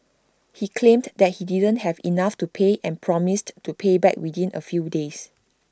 he claimed that he didn't have enough to pay and promised to pay back within A few days